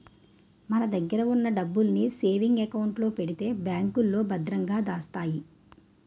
మన దగ్గర ఉన్న డబ్బుల్ని సేవింగ్ అకౌంట్ లో పెడితే బ్యాంకులో భద్రంగా దాస్తాయి